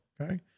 Okay